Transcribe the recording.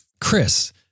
Chris